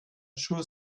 shoe